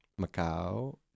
Macau